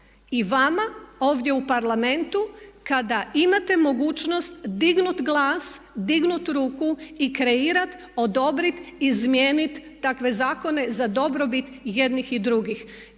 i vama ovdje u Parlamentu kada imate mogućnost dignuti glas, dignuti ruku i kreirat, odobrit izmijenit takve zakone za dobrobit jednih i drugih.